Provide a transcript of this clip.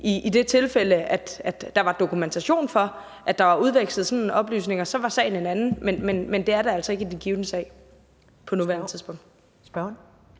I det tilfælde, at der var dokumentation for, at der var udvekslet sådanne oplysninger, så ville sagen være en anden, men det er der altså ikke i den givne sag på nuværende tidspunkt.